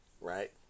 right